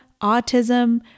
autism